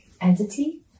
entity